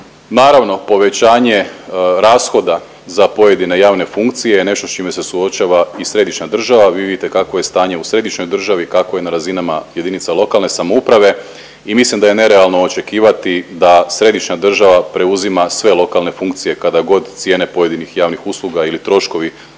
naravno povećanje rashoda za pojedine javne funkcije je nešto s čime se suočava i središnja država. Vi vidite kakvo je stanje u središnjoj državi, kakvo je na razinama JLS i mislim da je nerealno očekivati da središnja država preuzima sve lokalne funkcije kada god cijene pojedinih javnih usluga ili troškovi